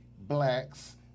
Blacks